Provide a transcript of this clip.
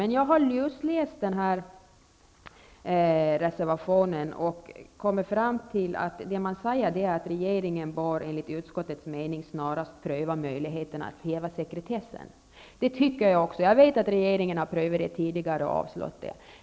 Men jag har lusläst reservation 3 och kommit fram till att vad man förordar är en skrivning där det heter att regeringen bör ''enligt utskottets mening snarast pröva möjligheterna att häva sekretessen''. Det tycker jag också. Jag vet att regeringen har prövat saken tidigare och avslagit framställningen.